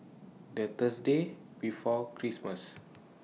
The Thursday before Christmas